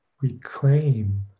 reclaim